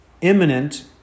imminent